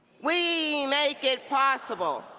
we make it possible!